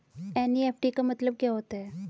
NEFT का मतलब क्या होता है?